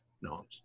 No